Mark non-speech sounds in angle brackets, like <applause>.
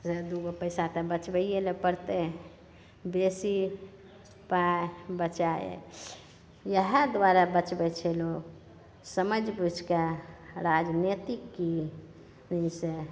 जे दुगो पैसा तऽ बचबैयेला पड़तै बेसी पाइ बचाए इहए दुआरे बचबै छै लोक समझि बुझिके राजनैतिकी <unintelligible>